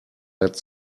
let